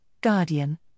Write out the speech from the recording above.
guardian